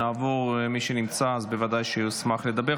מי שנמצא, אז בוודאי שיוזמן לדבר.